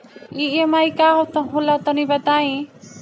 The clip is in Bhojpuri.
ई.एम.आई का होला तनि बताई?